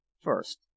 First